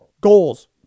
goals